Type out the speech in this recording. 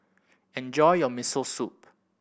enjoy your Miso Soup